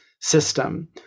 system